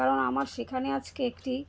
কারণ আমার সেখানে আজকে একটি